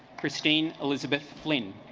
christine elizabeth flynn